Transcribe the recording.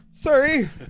Sorry